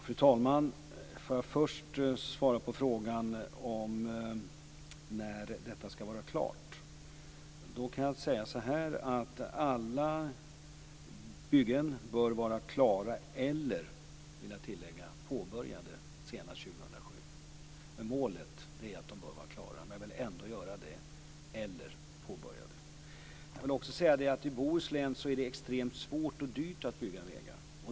Fru talman! Låt mig först svara på frågan när detta skall vara klart. Alla byggen bör vara klara eller påbörjade - vill jag tillägga - senast 2007. Målet är att de bör vara klara då, men jag vill ändå göra tillägget Jag vill också säga att det i Bohuslän är extremt svårt och dyrt att bygga vägar.